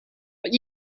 but